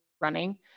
running